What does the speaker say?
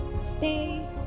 Stay